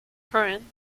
curran